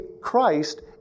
Christ